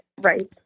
Right